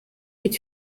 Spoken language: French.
est